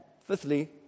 fifthly